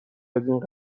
ازاین